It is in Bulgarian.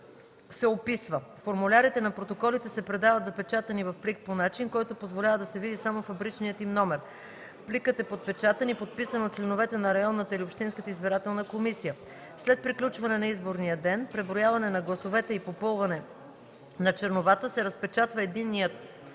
се описва; формулярите на протоколите се предават запечатани в плик по начин, който позволява да се види само фабричният им номер; пликът е подпечатан и подписан от членовете на районната или общинската избирателна комисия; след приключване на изборния ден, преброяване на гласовете и попълване на черновата се разпечатва единият